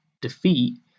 defeat